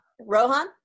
rohan